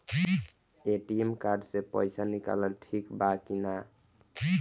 ATM card से पईसा निकालल ठीक बा की ना?